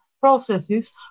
processes